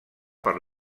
per